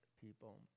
people